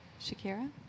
Shakira